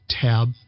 Tab